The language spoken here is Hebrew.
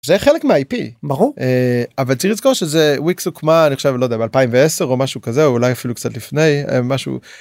זה חלק מהIP ברור. אבל צריך לזכור שזה... וויקס הוקמה אני חושב לא יודע ב 2010 או משהו כזה אולי אפילו קצת לפני משהו. הממ משהו...